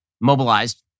mobilized